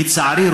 לצערי,